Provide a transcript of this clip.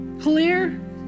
clear